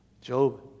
Job